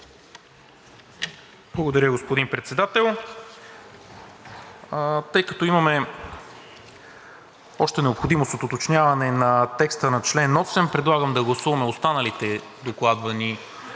Благодаря, господин Председател. Тъй като имаме още необходимост от уточняване на текста на чл. 8, предлагам да гласуваме останалите докладвани